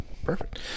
Perfect